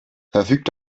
verfügt